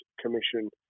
Commission